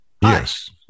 yes